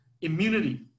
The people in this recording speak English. immunity